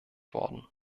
worden